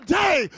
day